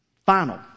Final